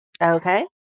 Okay